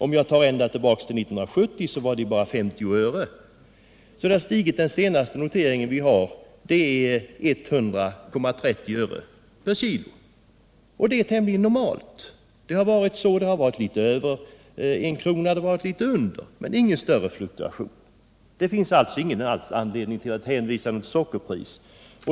Går jag så långt tillbaka som till 1970 var sockerpriset 50 öre, medan den senaste noteringen ligger på 100 öre per kg. Det är tämligen normalt. Priset har under ganska lång tid legat antingen något under 1 kr. eller något över. Det har alltså inte varit några större fluktuationer. Det finns därför ingen som helst anledning att i den här debatten hänvisa till sockerpriset.